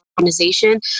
organization